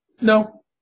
No